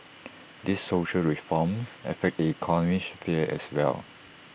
these social reforms affect the economic sphere as well